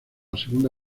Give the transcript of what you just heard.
segunda